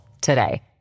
today